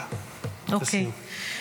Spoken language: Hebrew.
טוב.